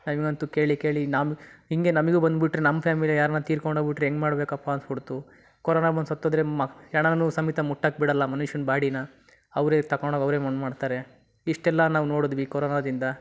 ನಮಗಂತೂ ಕೇಳಿ ಕೇಳಿ ನಾವೂ ಹೀಗೇ ನಮಗೂ ಬಂದ್ಬಿಟ್ರೆ ನಮ್ಮ ಫ್ಯಾಮಿಲಿಲೇ ಯಾರಾರ ತೀರ್ಕೊಂಡೋಗಿಬಿಟ್ರೆ ಹೆಂಗೆ ಮಾಡಬೇಕಪ್ಪ ಅನ್ನಿಸ್ಬಿಡ್ತು ಕೊರೋನಾ ಬಂದು ಸತ್ತೋದರೆ ಮ ಹೆಣನೂ ಸಮೇತ ಮುಟ್ಟಕ್ಕೆ ಬಿಡೋಲ್ಲ ಮನುಷ್ಯನ ಬಾಡಿನಾ ಅವರೇ ತಕಂಡೋಗಿ ಅವರೇ ಮಣ್ಣು ಮಾಡ್ತಾರೆ ಇಷ್ಟೆಲ್ಲ ನಾವು ನೋಡಿದ್ವಿ ಕೊರೋನಾದಿಂದ